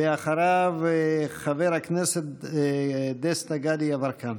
ואחריו, חבר הכנסת דסטה גדי יברקן.